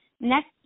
Next